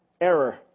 error